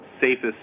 safest